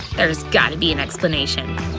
there's gotta be an explanation.